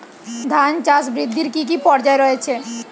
ধান চাষ বৃদ্ধির কী কী পর্যায় রয়েছে?